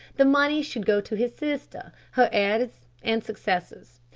the money should go to his sister, her heirs and successors.